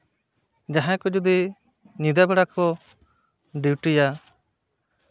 ᱡᱟᱦᱟᱸᱭ ᱠᱚ ᱡᱩᱫᱤ ᱧᱤᱫᱟᱹ ᱵᱮᱲᱟ ᱠᱚ ᱰᱤᱭᱩᱴᱤᱭᱟ